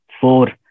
four